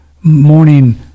morning